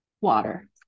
water